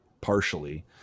partially